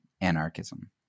anarchism